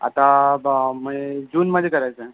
आता बा मे जूनमध्ये चलायचंय